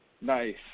Nice